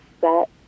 set